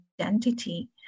identity